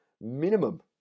Minimum